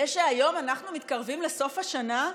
זה שהיום אנחנו מתקרבים לסוף השנה,